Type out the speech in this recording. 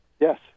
Yes